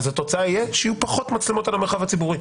אז התוצאה תהיה שיהיו פחות מצלמות על המרחב הציבורי.